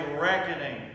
reckoning